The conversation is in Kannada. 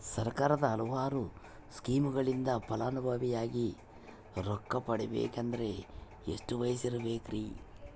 ಸರ್ಕಾರದ ಹಲವಾರು ಸ್ಕೇಮುಗಳಿಂದ ಫಲಾನುಭವಿಯಾಗಿ ರೊಕ್ಕ ಪಡಕೊಬೇಕಂದರೆ ಎಷ್ಟು ವಯಸ್ಸಿರಬೇಕ್ರಿ?